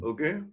Okay